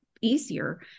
easier